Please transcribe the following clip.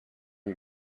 you